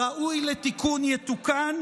הראוי לתיקון יתוקן,